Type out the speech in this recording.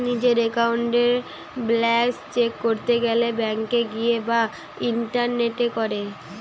নিজের একাউন্টের balance check করতে গেলে ব্যাংকে গিয়ে বা ইন্টারনেটে করে